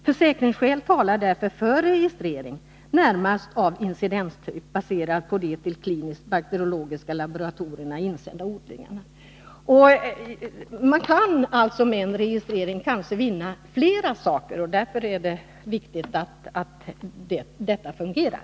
Försäkringsskäl talar därför för registrering, närmast av incidenstyp, baserad på till de kliniskt bakteriologiska laboratorierna insända odlingarna.” Man kan alltså med en registrering kanske vinna flera saker. Därför är det viktigt att en sådan fungerar.